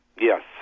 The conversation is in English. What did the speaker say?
Yes